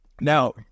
Now